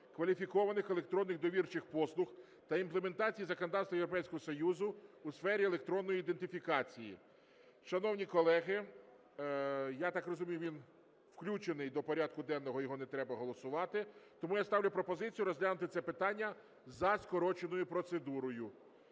кваліфікованих електронних довірчих послуг та імплементації законодавства Європейського Союзу у сфері електронної ідентифікації. Шановні колеги, я так розумію, він включений до порядку денного, його не треба голосувати, тому я ставлю пропозицію розглянути це питання за скороченою процедурою.